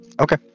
Okay